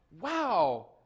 wow